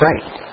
right